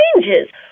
changes